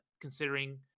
considering